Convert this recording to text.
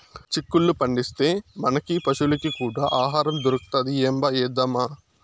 చిక్కుళ్ళు పండిస్తే, మనకీ పశులకీ కూడా ఆహారం దొరుకుతది ఏంబా ఏద్దామా